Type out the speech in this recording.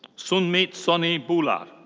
sunmeet soni bhullar.